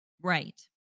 right